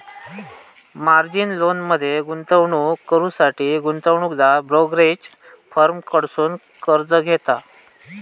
margin लोनमध्ये गुंतवणूक करुसाठी गुंतवणूकदार ब्रोकरेज फर्म कडसुन कर्ज घेता